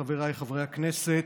חבריי חברי הכנסת,